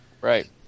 Right